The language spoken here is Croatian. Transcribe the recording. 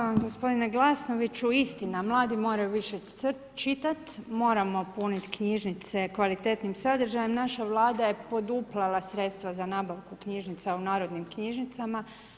Hvala vam gospodine Glasnoviću, istina, mladi moraju više čitati, moramo puniti knjižnice kvalitetnim sadržajem, naša vlada je poduplala sredstva za nabavku knjižnica u narodnim knjižnicama.